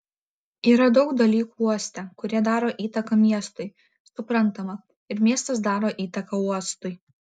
yra daug dalykų uoste kurie daro įtaką miestui suprantama ir miestas daro įtaką uostui